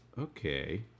Okay